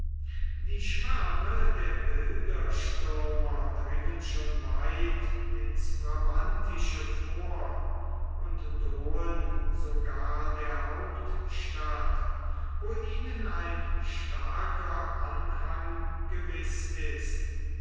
die schwärme der bilderstürmer dringen schon weit ins brabantische vor und drohen sogar der hauptstadt wo ihnen ein starker anhang gewiß ist